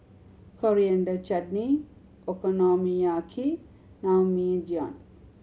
Coriander Chutney Okonomiyaki Naengmyeon